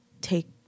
take